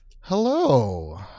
Hello